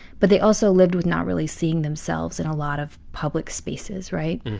but they also lived with not really seeing themselves in a lot of public spaces, right?